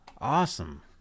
Awesome